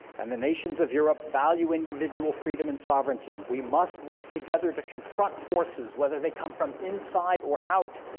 and the nations of europe value individual freedom and sovereignty. we must work together to confront forces whether they come from inside or out,